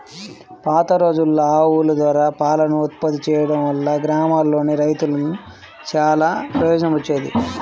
పాతరోజుల్లో ఆవుల ద్వారా పాలను ఉత్పత్తి చేయడం వల్ల గ్రామాల్లోని రైతులకు చానా ప్రయోజనం వచ్చేది